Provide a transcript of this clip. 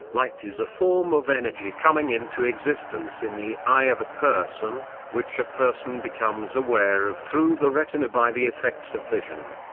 light is a form of energy coming into existence in the eye of a person, which a person becomes aware of through the retina by the effects of vision.